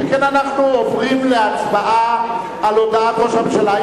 שכן אנחנו עוברים להצבעה על הודעת ראש הממשלה.